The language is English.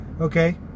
okay